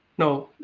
no,